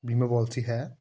बीमा पालसी है